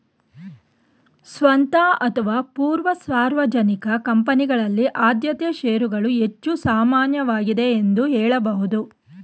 ಸ್ವಂತ ಅಥವಾ ಪೂರ್ವ ಸಾರ್ವಜನಿಕ ಕಂಪನಿಗಳಲ್ಲಿ ಆದ್ಯತೆ ಶೇರುಗಳು ಹೆಚ್ಚು ಸಾಮಾನ್ಯವಾಗಿದೆ ಎಂದು ಹೇಳಬಹುದು